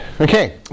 Okay